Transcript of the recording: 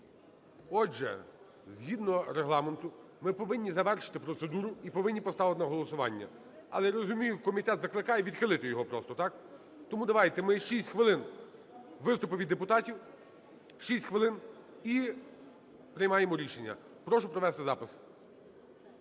Отже, згідно Регламенту ми повинні завершити процедуру і повинні поставити на голосування. Але розумію, комітет закликає відхилити його просто, так? Тому давайте ми 6 хвилин – виступи від депутатів, 6 хвилин, і приймаємо рішення. Прошу провести запис.